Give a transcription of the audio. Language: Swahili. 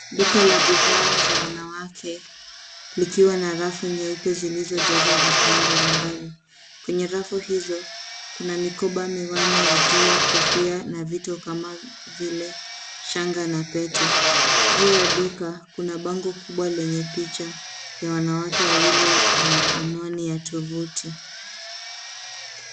Duka la bidhaa za wanawake likiwa na rafu nyeupe zilizojazwa vifaa mbalimbali. Kwenye rafu hizo kuna mikoba, miwani ya jua, kofia na vitu kama vile shanga na Pete. Juu ya duka kuna bango kubwa lenye picha ya wanawake wawili na anwani ya tovuti.